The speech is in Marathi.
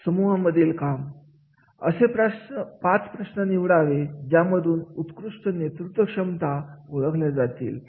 समुहा मधील काम असे पाच प्रश्न निवडावे ज्यामधून उत्कृष्ट नेतृत्व क्षमता ओळखल्या जातील